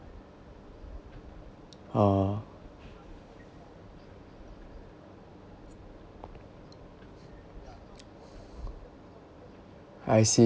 oh